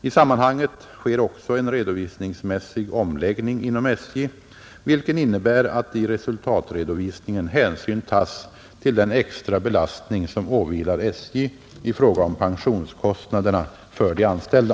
I sammanhanget sker också en redovisningsmässig omläggning inom SJ, vilken innebär att i resultatredovisningen hänsyn tas till den extra belastning som åvilar SJ i fråga om pensionskostnaderna för de anställda.